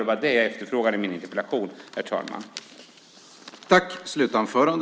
Det var det jag efterfrågade.